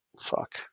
fuck